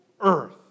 earth